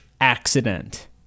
accident